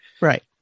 Right